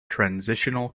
transitional